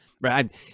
Right